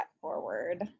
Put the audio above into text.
forward